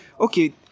okay